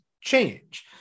change